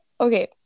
okay